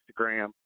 Instagram